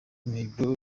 mihigo